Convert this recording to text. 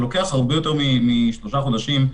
לוקח הרבה יותר משלושה חודשים.